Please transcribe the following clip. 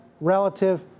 relative